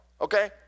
Okay